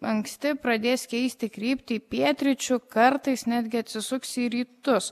anksti pradės keisti kryptį į pietryčių kartais netgi atsisuks į rytus